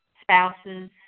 spouses